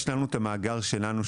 יש לנו את המאגר שלנו,